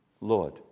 Lord